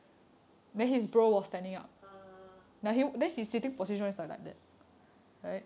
okay err